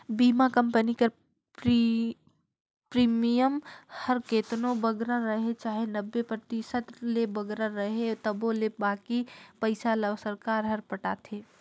बीमा कंपनी कर प्रीमियम हर केतनो बगरा रहें चाहे नब्बे परतिसत ले बगरा रहे तबो ले बाकी पइसा ल सरकार हर पटाथे